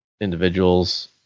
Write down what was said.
individuals